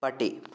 പട്ടി